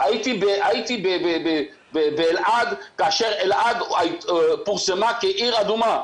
הייתי באלעד כאשר אלעד פורסמה כעיר אדומה,